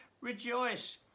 Rejoice